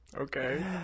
Okay